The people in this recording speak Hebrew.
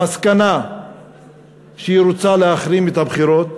למסקנה שהיא רוצה להחרים את הבחירות